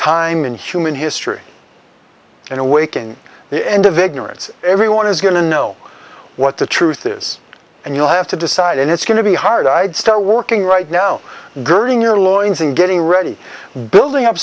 time in human history and awaken the end of ignorance everyone is going to know what the truth is and you have to decide and it's going to be hard i'd start working right now girding your lawyers and getting ready building up